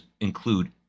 include